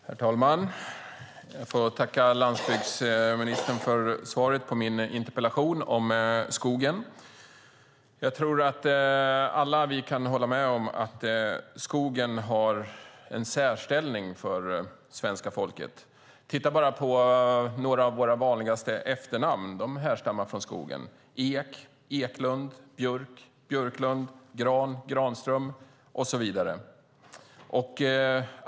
Herr talman! Jag får tacka landsbygdsministern för svaret på min interpellation om skogen. Jag tror att vi alla kan hålla med om att skogen har en särställning för svenska folket. Titta bara på några av våra vanligaste efternamn; de härstammar från skogen. Det är Ek, Eklund, Björk, Björklund, Gran, Granström och så vidare.